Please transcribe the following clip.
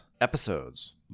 episodes